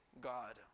God